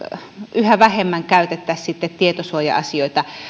yhä vähemmän käytettäisiin tietosuoja asioita